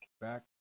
back